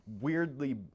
weirdly